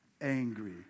angry